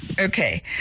Okay